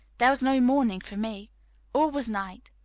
there was no morning for me all was night,